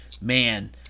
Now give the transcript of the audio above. man